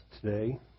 today